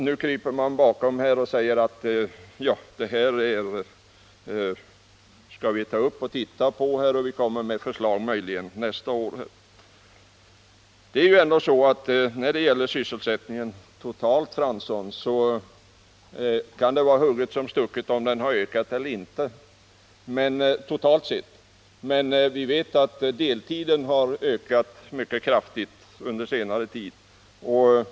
Nu kryper man undan och säger att man skall titta på detta och möjligen komma med förslag nästa år. När det gäller sysselsättningen totalt, Arne Fransson, kan det vara hugget som stucket om den ökat eller inte, men vi vet att deltidsarbetet ökat mycket kraftigt under senare tid.